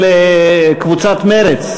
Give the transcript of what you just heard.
1 של קבוצת סיעת מרצ,